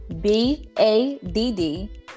B-A-D-D